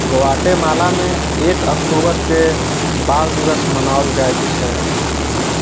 ग्वाटेमालामे एक अक्टूबरके बाल दिवस मनाओल जाइत छै